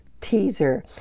teaser